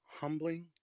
humbling